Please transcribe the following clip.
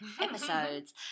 episodes